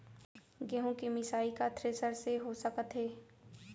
गेहूँ के मिसाई का थ्रेसर से हो सकत हे?